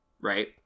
right